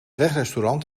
wegrestaurant